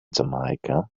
jamaica